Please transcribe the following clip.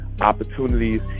Opportunities